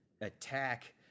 attack